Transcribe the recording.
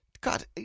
God